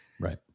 Right